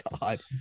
God